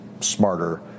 smarter